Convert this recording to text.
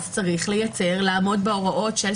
צריך לעמוד בהוראות של